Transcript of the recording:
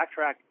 Backtrack